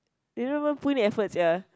they don't even put in effort sia